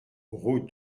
route